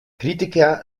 kritiker